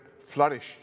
flourish